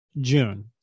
June